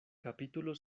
capítulo